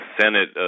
Senate